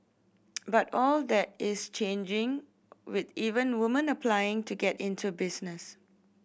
but all that is changing with even woman applying to get into business